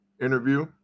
interview